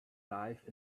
life